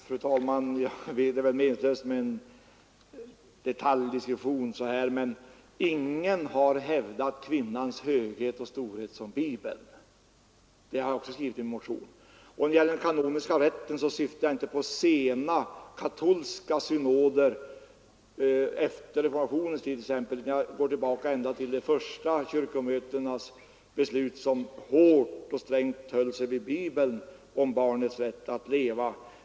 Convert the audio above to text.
Fru talman! Det är kanske meningslöst med en sådan här detaljdiskussion, men ingenstans har kvinnans höghet och storhet hävdats som i Bibeln. Det har jag också skrivit i min motion. Då det gäller den kanoniska rätten syftar jag inte på sena, katolska synoder, t.ex. efter reformationstiden, utan jag går tillbaka ända till de första kyrkomötenas beslut som hårt och strängt höll sig till Bibeln om barnets rätt att leva.